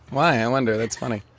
why, i wonder. that's funny.